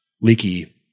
leaky